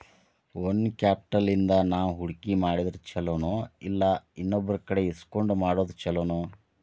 Own capital ಇಂದಾ ನಾವು ಹೂಡ್ಕಿ ಮಾಡಿದ್ರ ಛಲೊನೊಇಲ್ಲಾ ಇನ್ನೊಬ್ರಕಡೆ ಇಸ್ಕೊಂಡ್ ಮಾಡೊದ್ ಛೊಲೊನೊ?